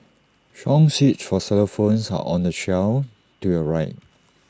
song sheets for xylophones are on the shelf to your right